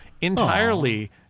entirely